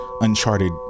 uncharted